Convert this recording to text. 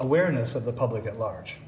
awareness of the public at large